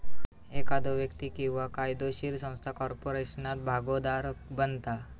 एखादो व्यक्ती किंवा कायदोशीर संस्था कॉर्पोरेशनात भागोधारक बनता